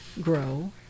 grow